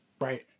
right